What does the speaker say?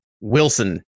Wilson